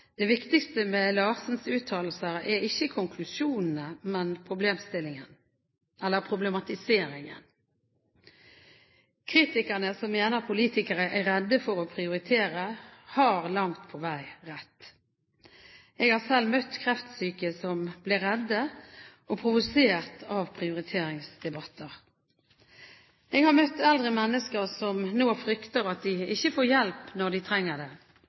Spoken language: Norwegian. viktigste med Larsens uttalelser er ikke konklusjonene, men problematiseringen.» Kritikerne som mener at politikere er redde for å prioritere, har langt på vei rett. Jeg har selv møtt kreftsyke som ble redde og provosert av prioriteringsdebatten. Jeg har møtt eldre mennesker som nå frykter at de ikke får hjelp når de trenger det.